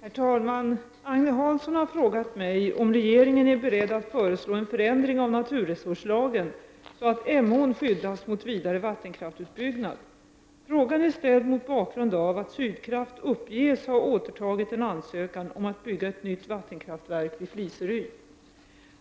Herr talman! Agne Hansson har frågat mig om regeringen är beredd att föreslå en förändring av naturresurslagen så att Emån skyddas mot vidare vattenkraftsutbyggnad. Frågan är ställd mot bakgrund av att Sydkraft upp